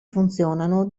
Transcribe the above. funzionano